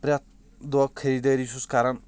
پرٚٮ۪تھ دۄہ خریٖدٲری چھُس کَران